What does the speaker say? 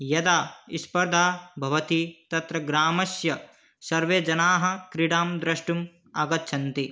यदा स्पर्धा भवति तत्र ग्रामस्य सर्वे जनाः क्रीडां द्रष्टुम् आगच्छन्ति